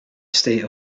state